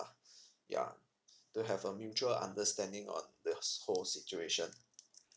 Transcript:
yeah to have a mutual understanding on the whole situation